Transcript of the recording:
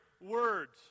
words